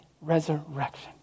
Resurrection